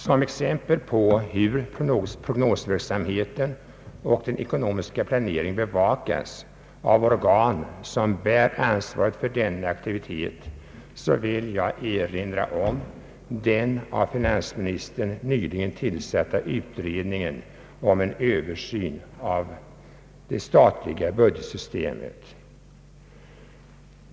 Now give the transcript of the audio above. Som exempel på hur prognosverksamheten och den ekonomiska planeringen bevakas av organ, som bär ansvaret för denna aktivitet, vill jag erinra om den av finansministern nyligen tillsatta utredningen om en översyn av det statliga budgetsystemet.